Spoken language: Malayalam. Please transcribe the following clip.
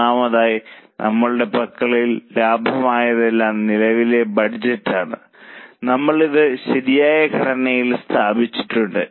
ഒന്നാമതായി നമ്മളുടെ പക്കൽ ലഭ്യമായതെല്ലാം നിലവിലെ ബഡ്ജറ്റ് ആണ് നമ്മൾ ഇത് ശരിയായ ഘടനയിൽ സ്ഥാപിച്ചിട്ടുണ്ട്